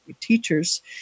teachers